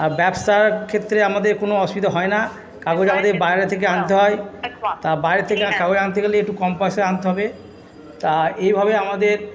আর ব্যবসার ক্ষেত্রে আমাদের কোনো অসুবিধা হয় না কাগজ আমাদের বাইরে থেকে আনতে হয় তা বাইরে থেকে কাগজ আনতে গেলে একটু কম পয়সায় আনতে হবে তা এইভাবে আমাদের